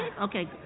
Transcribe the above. Okay